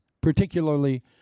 particularly